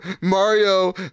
Mario